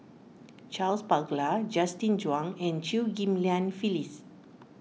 Charles Paglar Justin Zhuang and Chew Ghim Lian Phyllis